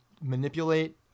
manipulate